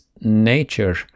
nature